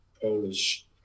polish